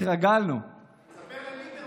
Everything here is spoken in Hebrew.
התרגלנו, תספר לליברמן.